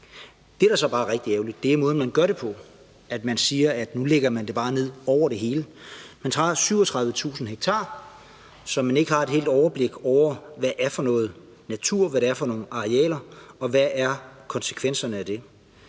Det, der så bare er rigtig ærgerligt, er måden, man gør det på: at man siger, at nu lægger man det bare ned over det hele. Man tager 37.000 ha og har ikke et overblik over, hvad det er for noget natur, hvad det er for nogle arealer, og hvad konsekvenserne af det